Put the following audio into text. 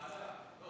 ועדה.